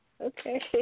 okay